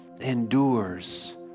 endures